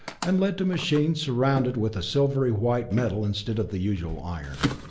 and led to machines surrounded with a silvery white metal instead of the usual iron.